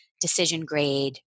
decision-grade